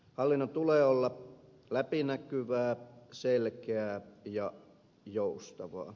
hallinnon tulee olla läpinäkyvää selkeää ja joustavaa